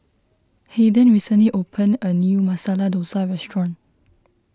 Hayden recently opened a new Masala Dosa restaurant